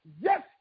yes